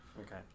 Okay